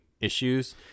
issues